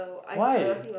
why